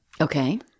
Okay